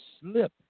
slip